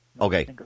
Okay